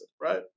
right